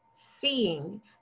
seeing